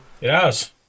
Yes